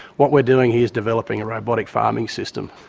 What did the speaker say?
what we are doing here is developing a robotic farming system.